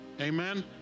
amen